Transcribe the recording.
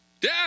Dad